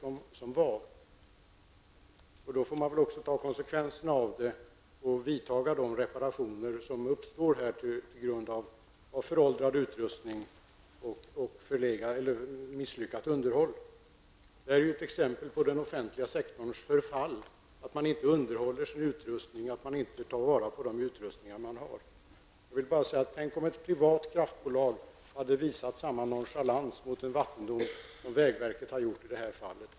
Konsekvensen av detta måste vara att man också skall tillgodose det behov av reparationer som uppstår på grund av föråldrad utrustning och misslyckat underhåll. Det är ett exempel på den offentliga sektorns förfall att man inte underhåller sin utrustning och inte tar till vara de utrustningar som man har. Tänk om ett privat kraftbolag hade visat samma nonchalans mot den vattendom som vägverket har gjort i det här fallet!